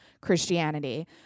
Christianity